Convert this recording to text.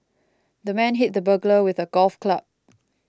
the man hit the burglar with a golf club